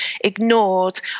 ignored